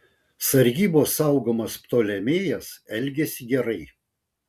sargybos saugomas ptolemėjas elgėsi gerai